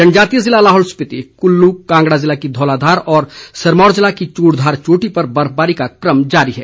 जनजातीय जिला लाहौल स्पीति कुल्लू कांगड़ा जिला की धौलाधार और सिरमौर जिला की चूड़धार चोटी पर बर्फबारी का क्रम जारी है